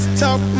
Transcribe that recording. talk